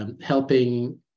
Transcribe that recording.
Helping